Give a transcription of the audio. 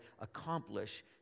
accomplish